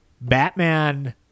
batman